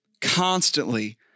constantly